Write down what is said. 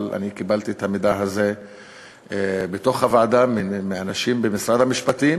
אבל אני קיבלתי את המידע הזה בוועדה מאנשים במשרד המשפטים.